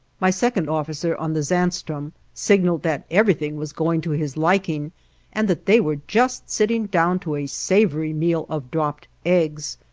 my second officer on the zaanstroom signaled that everything was going to his liking and that they were just sitting down to a savory meal of dropped eggs.